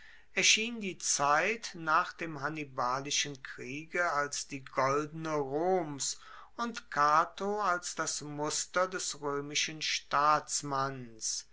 erschien die zeit nach dem hannibalischen kriege als die goldene roms und cato als das muster des roemischen staatsmanns